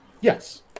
Yes